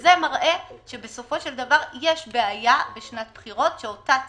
זה מראה שיש בעיה בשנת בחירות, שאותה צריך,